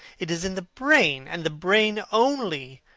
it is in the brain, and the brain only,